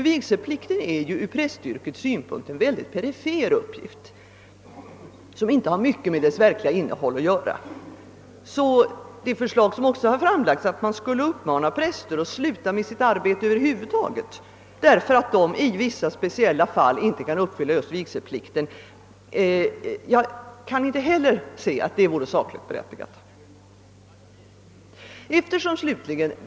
Vigselplikten är ju en perifer uppgift i prästyrket, vilken inte har mycket med yrkets verkliga innehåll att göra. Det understundom framlagda förslaget, att man skulle uppmana präster att sluta i sitt prästyrke, därför att de i vissa speciella fall inte kan uppfylla just vigselplikten, kan enligt min mening inte anses vara sakligt berättigat.